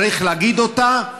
צריך להגיד אותה.